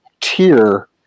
tier